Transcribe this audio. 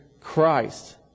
Christ